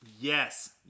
Yes